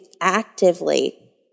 actively